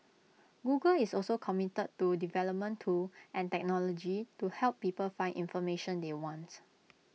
Google is also committed to development tools and technology to help people find information they want